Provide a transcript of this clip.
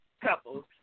couples